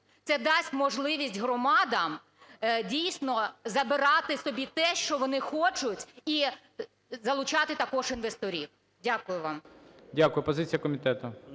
Це дасть можливість громадам дійсно забирати собі те, що вони хочуть і залучати також інвесторів. Дякую вам. ГОЛОВУЮЧИЙ. Дякую. Позиція комітету.